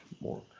more